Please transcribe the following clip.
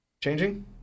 Changing